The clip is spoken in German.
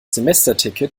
semesterticket